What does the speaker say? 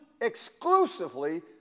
exclusively